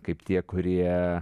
kaip tie kurie